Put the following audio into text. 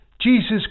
Jesus